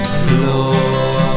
floor